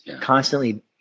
constantly